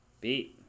beat